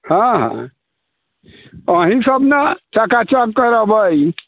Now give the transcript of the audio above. हँ हँ अहीँ सब ने चकाचक करबै